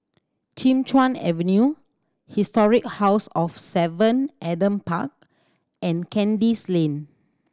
Kim Chuan Avenue Historic House of Seven Adam Park and Kandis Lane